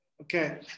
Okay